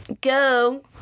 go